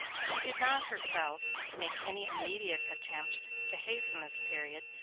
she did not, herself, make any immediate attempt to hasten this period,